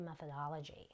methodology